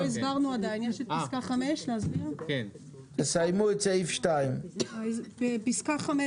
תסיימו להסביר את סעיף 2. פסקה (5),